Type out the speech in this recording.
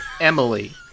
Emily